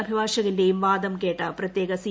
അഭിഭാഷകന്റെയും വാദം കേട്ട പ്രത്യേക സി